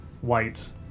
white